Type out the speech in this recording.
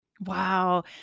Wow